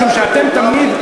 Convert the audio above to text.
משום שאתם תמיד,